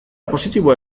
positiboa